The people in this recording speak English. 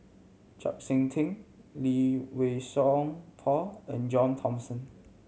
Chau Sik Ting Lee Wei Song Paul and John Thomson